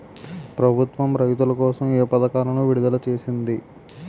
ప్రభుత్వం రైతుల కోసం ఏ పథకాలను విడుదల చేసింది?